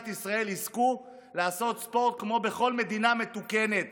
ישראל יזכו לעשות ספורט כמו בכל מדינה מתוקנת